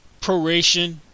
proration